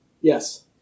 Yes